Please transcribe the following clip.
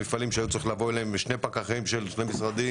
מפעלים שהיה צריך לבוא אליהם עם שני פקחים של שני משרדים.